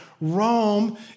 Rome